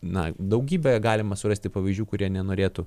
na daugybę galima surasti pavyzdžių kurie nenorėtų